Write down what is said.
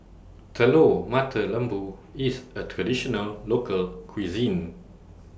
Telur Mata Lembu IS A Traditional Local Cuisine